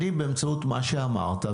באמצעות מה שאמרת,